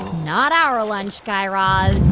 not our lunch, guy raz